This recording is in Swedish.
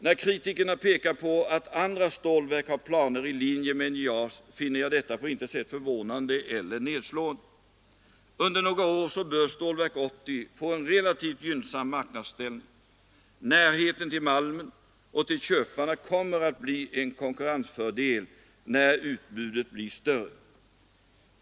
När kritikerna pekar på att andra stålverk har planer i linje med NJA finner jag detta på intet sätt förvånande eller nedslående. Under några år bör Stålverk 80 få en relativt gynnsam marknadsställning. Närheten till malm och till köpare kommer att bli en konkurrensfördel när utbudet blir större.